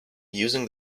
using